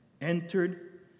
entered